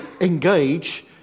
engage